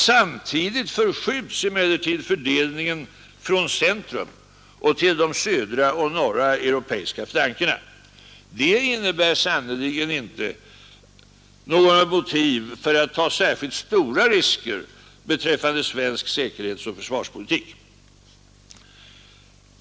Samtidigt förskjuts emellertid fördelningen av den kvarstående spänningen från centrum till de södra och norra europeiska flankerna. Det innebär sannerligen inte något motiv för att ta särskilt stora risker beträffande säkerhetsoch försvarspolitik.